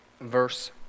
verse